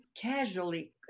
casually